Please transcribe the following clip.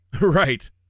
Right